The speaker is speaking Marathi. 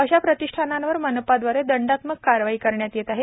अशा प्रतिष्ठानांवर मनपाद्वारे दंडात्मक कारवाई करण्यात येत आहे